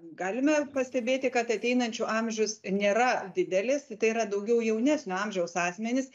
galime pastebėti kad ateinančių amžius nėra didelis tai yra daugiau jaunesnio amžiaus asmenys